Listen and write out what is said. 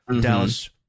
Dallas